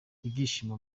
ibyishimo